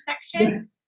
section